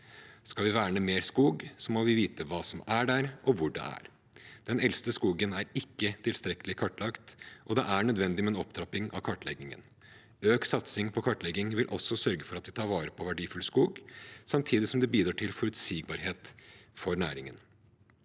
Skal vi verne mer skog, må vi vite hva som er der, og hvor det er. Den eldste skogen er ikke tilstrekkelig kartlagt, og det er nødvendig med en opptrapping av kartleggingen. Økt satsing på kartlegging vil også sørge for at vi tar vare på verdifull skog, samtidig som det bidrar til forutsigbarhet for næringen.